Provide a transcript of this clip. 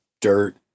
dirt